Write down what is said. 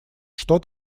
что